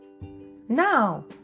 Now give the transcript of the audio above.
now